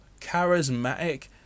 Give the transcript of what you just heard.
charismatic